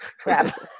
Crap